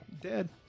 dead